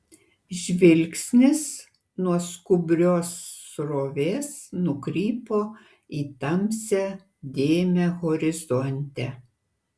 žvilgsnis nuo skubrios srovės nukrypo į tamsią dėmę horizonte